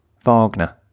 Wagner